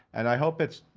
and i hope it's,